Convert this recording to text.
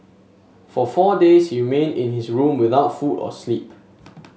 for four days he remained in his room without food or sleep